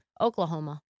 Oklahoma